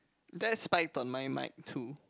that spiked on my mic too